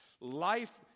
Life